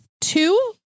Two